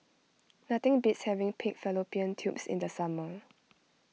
nothing beats having Pig Fallopian Tubes in the summer